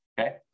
Okay